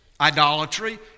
idolatry